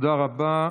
תודה רבה.